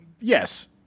Yes